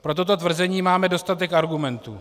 Pro toto tvrzení máme dostatek argumentů.